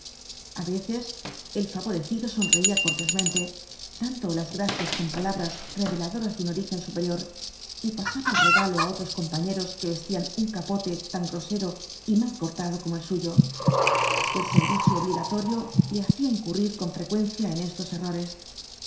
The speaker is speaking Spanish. a veces el favorecido sonreía cortésmente dando las gracias con palabras reveladoras de un origen superior y pasaba el regalo á otros compañeros que vestían un capote tan grosero y mal cortado como el suyo el servicio obligatorio le hacía incurrir con frecuencia en estos errores